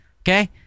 okay